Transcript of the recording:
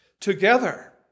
together